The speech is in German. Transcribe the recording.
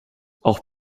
auch